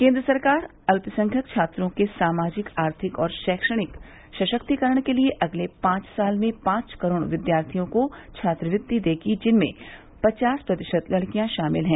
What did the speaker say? केन्द्र सरकार अल्पसंख्यक छात्रों के सामाजिक आर्थिक और शैक्षणिक सशक्तिकरण के लिए अगले पांच साल में पांच करोड़ विद्यार्थियों को छात्रवृत्ति देगी जिनमें पचास प्रतिशत लड़कियां शामिल हैं